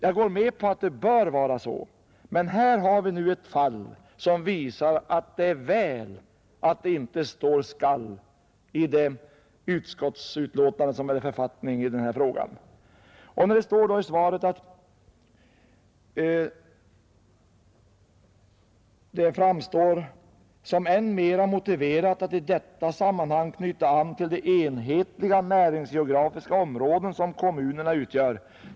Jag går med på att det bör vara så, men här har vi nu ett fall, som visar att det är väl att det står ”skall” i det utskottsbetänkande som är aktuellt i denna fråga. I svaret står vidare att det framstår ”som än mera motiverat att i detta sammanhang knyta till de enhetliga näringsgeografiska områden som kommunerna utgör”.